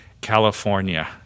California